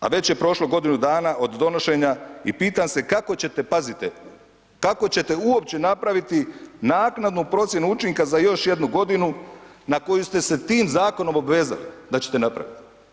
A već je prošlo godinu dana od donošenja i pitam se kako ćete, pazite, kako ćete uopće napraviti naknadnu procjenu učinka za još jednu godinu na koju ste se tim zakonom obvezali da ćete napraviti?